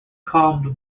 calmed